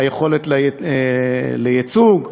היכולת לייצוג,